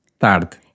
tarde